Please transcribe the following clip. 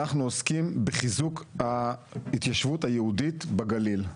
אנחנו עוסקים בחיזוק ההתיישבות היהודית בגליל.